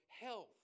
health